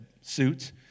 suits